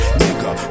nigga